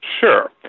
Sure